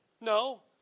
No